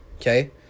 Okay